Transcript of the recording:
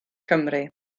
cymru